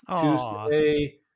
Tuesday